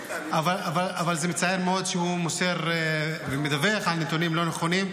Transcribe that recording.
אבל זה מצער מאוד שהוא מוסר ומדווח נתונים לא נכונים.